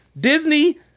Disney